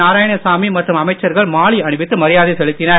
நாராயணசாமி மற்றும் அமைச்சர்கள் மாலை அணிவித்து மரியாதை செலுத்தினர்